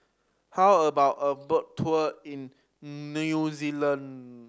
how about a boat tour in New Zealand